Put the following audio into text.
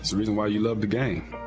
so reason why you love the game,